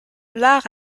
l’art